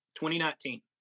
2019